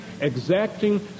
exacting